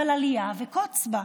אבל אליה וקוץ בה,